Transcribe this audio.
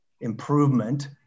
improvement